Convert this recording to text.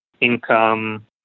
income